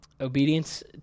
Obedience